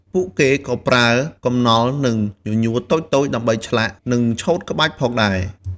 ពួកគេក៏ប្រើ កំណល់ និង ញញួរ តូចៗដើម្បី ឆ្លាក់ និងឆូតក្បាច់ផងដែរ។